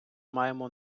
маємо